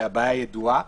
הבעיה ידועה.